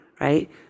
right